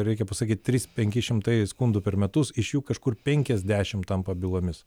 reikia pasakyt trys penki šimtai skundų per metus iš jų kažkur penkiasdešim tampa bylomis